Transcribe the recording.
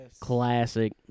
Classic